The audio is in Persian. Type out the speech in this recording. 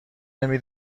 نمی